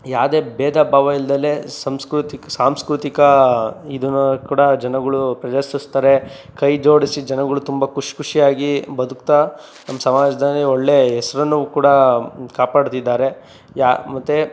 ಯಾವುದೇ ಭೇದ ಭಾವ ಇಲ್ಲದಲೇ ಸಂಸ್ಕೃತಿಕ ಸಾಂಸ್ಕ್ರುತಿಕ ಇದು ಕೂಡ ಜನಗಳು ಪ್ರದರ್ಶಿಸ್ತಾರೆ ಕೈ ಜೋಡಿಸಿ ಜನಗಳು ತುಂಬ ಖುಷಿ ಖುಷಿಯಾಗಿ ಬದುಕ್ತಾ ನಮ್ಮ ಸಮಾಜದಲ್ಲಿ ಒಳ್ಳೆ ಹೆಸ್ರನ್ನು ಕೂಡ ಕಾಪಾಡ್ತಿದಾರೆ ಯಾ ಮತ್ತು